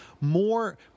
more